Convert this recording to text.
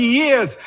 years